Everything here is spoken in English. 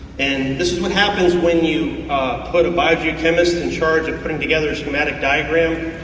and this is what happens when you put a bigeochemist in charge of putting together a schematic diagram,